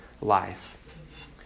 life